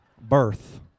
Birth